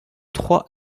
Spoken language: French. trois